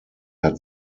hat